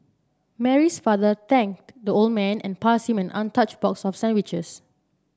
Mary's father thanked the old man and passed him an untouched box of sandwiches